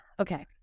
Okay